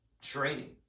training